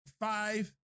five